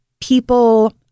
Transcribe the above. people